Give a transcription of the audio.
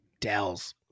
Dells